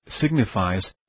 signifies